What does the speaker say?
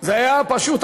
זה היה פשוט,